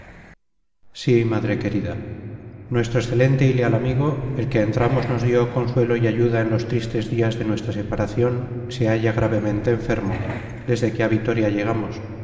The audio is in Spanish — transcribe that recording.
mundo sí madre querida nuestro excelente y leal amigo el que a entrambos nos dio consuelo y ayuda en los tristes días de nuestra separación se halla gravemente enfermo desde que a vitoria llegamos